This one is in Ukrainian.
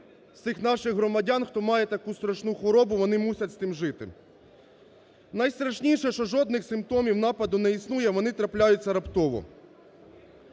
з тих наших громадян, які мають таку страшну хворобу, вони мусять з цим жити. Найстрашніше, що жодних симптомів нападу не існує, вони трапляються раптово.